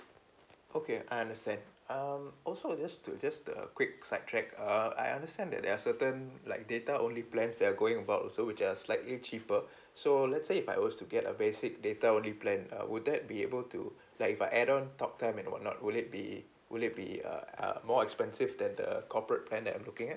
okay I understand um also just to just a quick sidetrack uh I understand that there are certain like data only plans that are going about also which are slightly cheaper so let's say if I was to get a basic data only plan err would that be able to like if I add on talk time and whatnot would it be would it be uh uh more expensive than the corporate plan that I'm looking at